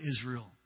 Israel